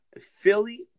Philly